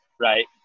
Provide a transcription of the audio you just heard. right